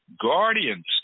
guardians